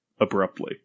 abruptly